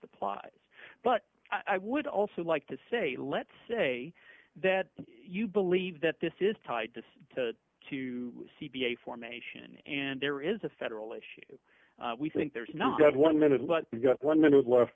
applies but i would also like to say let's say that you believe that this is tied to the two c b a formation and there is a federal issue we think there's not one minute but we got one minute left